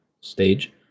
stage